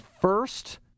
first